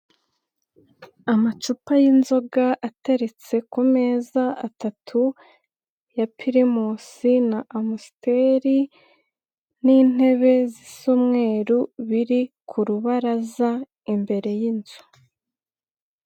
Amacupa y'inzoga ateretse ku meza atatu ya pirimusi na amusiteri, n'intebe zisa umweru biri ku rubaraza imbere y'inzu.